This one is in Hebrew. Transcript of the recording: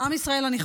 מלינובסקי, איננה,